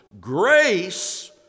grace